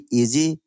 easy